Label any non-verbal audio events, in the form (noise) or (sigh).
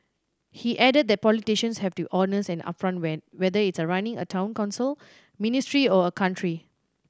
he added that politicians have to honest and upfront (unintelligible) whether it running a Town Council ministry or country